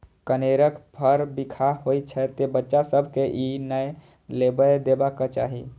कनेरक फर बिखाह होइ छै, तें बच्चा सभ कें ई नै लेबय देबाक चाही